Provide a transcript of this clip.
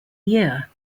year